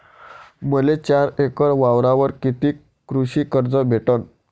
मले चार एकर वावरावर कितीक कृषी कर्ज भेटन?